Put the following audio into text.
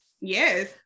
Yes